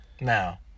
Now